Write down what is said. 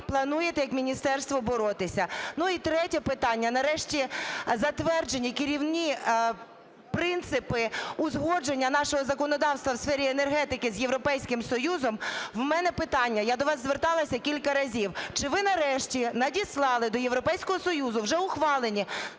плануєте як міністерство боротися? Ну, і третє питання. Нарешті затверджені керівні принципи узгодження нашого законодавства в сфері енергетики з Європейським Союзом. В мене питання, я до вас зверталася кілька разів: чи ви нарешті надіслали до Європейського Союзу вже ухвалені